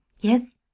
Yes